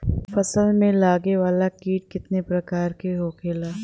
फसल में लगे वाला कीट कितने प्रकार के होखेला?